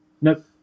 Nope